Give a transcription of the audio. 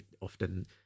often